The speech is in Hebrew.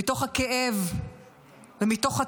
מתוך הכאב ומתוך הטראומה,